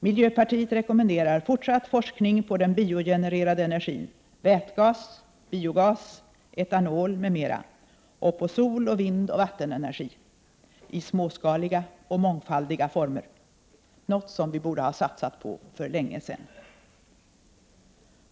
Miljöpartiet rekommenderar fortsatt forskning om den biogenererade energin — vätgas, biogas, etanol m.m. — och om sol-, vindoch vattenenergi i småskaliga och mångfaldiga former — något som vi borde ha satsat på för länge sedan.